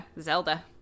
Zelda